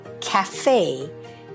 cafe